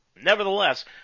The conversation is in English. Nevertheless